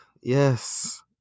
yes